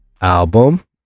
album